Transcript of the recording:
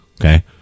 Okay